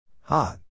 Hot